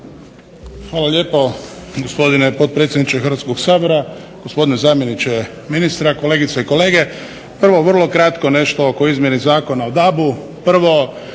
Hvala lijepo gospodine potpredsjedniče Hrvatskog sabora, gospodine zamjeniče ministra, kolegice i kolege. Prvo, vrlo kratko nešto oko izmjene Zakona o